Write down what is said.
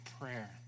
prayer